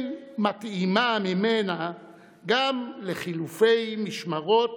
ואין מתאימה ממנה גם לחילופי משמרות